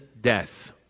death